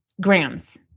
grams